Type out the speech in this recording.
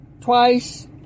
Twice